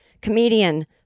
comedian